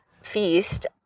feast